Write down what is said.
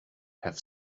have